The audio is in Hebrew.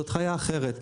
זו חיה אחרת.